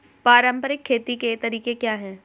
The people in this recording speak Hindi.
पारंपरिक खेती के तरीके क्या हैं?